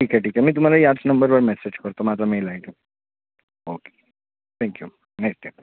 ठीक आहे ठीक आहे मी तुम्हाला याच नंबरवर मेसेज करतो माझा mail I D okay thank you nice day